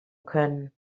können